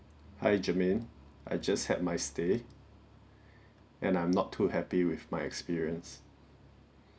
hi germaine I just had my stay and I'm not too happy with my experience